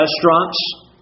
restaurants